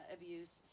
abuse